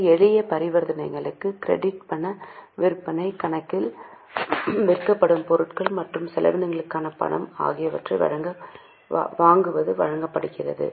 சில எளிய பரிவர்த்தனைகளுக்கு கிரெடிட் பண விற்பனை கடனில் விற்கப்படும் பொருட்கள் மற்றும் செலவினங்களுக்கான பணம் ஆகியவற்றை வாங்குவது வழங்கப்படுகிறது